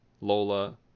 Lola